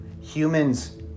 Humans